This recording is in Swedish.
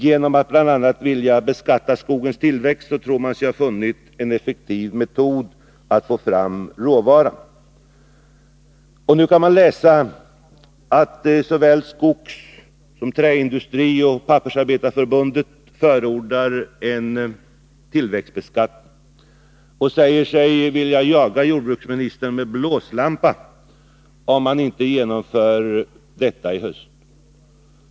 Genom att bl.a. vilja beskatta skogens tillväxt tror man sig ha funnit en effektiv metod att få fram råvara. Och nu kan man läsa att såväl Skogsarbetareförbundet som Träindustriarbetareförbundet och Pappersindustriarbetareförbundet förordar en tillväxtbeskattning och säger sig vilja jaga jordbruksministern med blåslampa, om han inte genomför detta i höst.